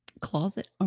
Closet